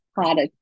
harder